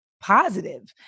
positive